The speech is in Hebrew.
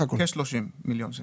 כ-30 מיליון שקלים.